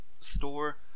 store